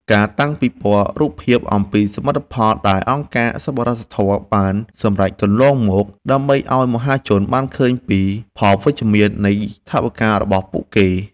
ការតាំងពិព័រណ៍រូបភាពអំពីសមិទ្ធផលដែលអង្គការសប្បុរសធម៌បានសម្រេចកន្លងមក ដើម្បីឱ្យមហាជនបានឃើញពីផលវិជ្ជមាននៃថវិការបស់ពួកគេ។